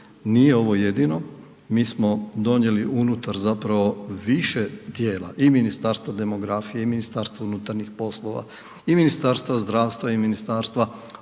Nije ovo jedino. Mi smo donijeli unutar zapravo više tijela i Ministarstva demografije i MUP-a i Ministarstva zdravstva i Ministarstva obrazovanja,